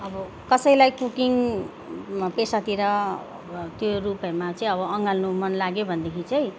अब कसैलाई कुकिङमा पेसातिर अब त्यो रुपियाँमा चाहिँ अब अँगाल्नु मनलाग्यो भनेदेखि चाहिँ